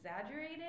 exaggerated